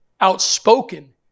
outspoken